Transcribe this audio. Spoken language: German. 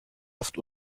oft